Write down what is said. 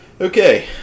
Okay